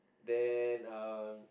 then um